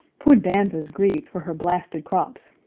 poor danvers grieved for her blasted crops,